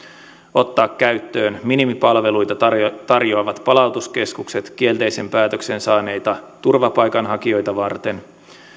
ottaa käyttöön minimipalveluita tarjoavat tarjoavat palautuskeskukset kielteisen päätöksen saaneita turvapaikanhakijoita varten